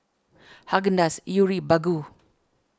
Haagen Dazs Yuri Baggu